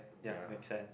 ya